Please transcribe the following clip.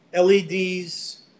LEDs